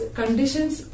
conditions